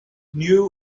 knew